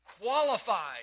qualified